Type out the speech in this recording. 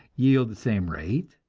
yield the same rate,